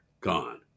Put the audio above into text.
gone